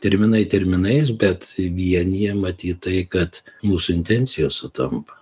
terminai terminais bet vienija matyt tai kad mūsų intencijos sutampa